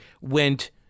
went